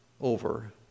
over